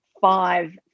five